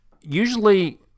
usually